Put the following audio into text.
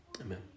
amen